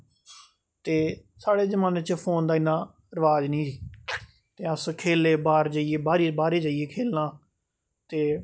ते साढ़े जमान्ने च फोन दा इ'न्ना रवाज निं ते अस खेले बाहर जेइयै बाहरे ई जाइयै खेलना ते